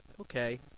Okay